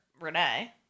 Renee